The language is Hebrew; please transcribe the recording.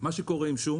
מה שקורה עם שום